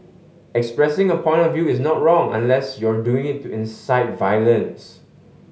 expressing a point of view is not wrong unless you're doing it to incite violence